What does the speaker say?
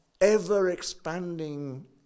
ever-expanding